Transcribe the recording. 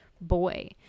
boy